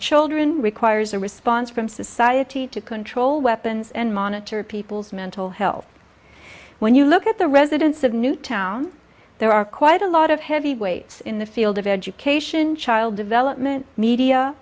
children requires a response from society to control weapons and monitor people's mental health when you look at the residents of newtown there are quite a lot of heavyweights in the field of education child development media